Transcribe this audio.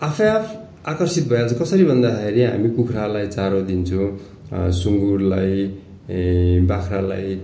आफैँ आफ आकर्षित भइहाल्छ कसरी भन्दाखेरि हामी कुखुरालाई चारो दिन्छौँ सुँगुरलाई बाख्रालाई